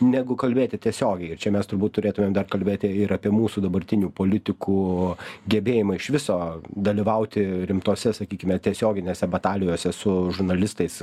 negu kalbėti tiesiogiai ir čia mes turbūt turėtumėm dar kalbėti ir apie mūsų dabartinių politikų gebėjimą iš viso dalyvauti rimtose sakykime tiesioginėse batalijose su žurnalistais